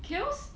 Kiehl's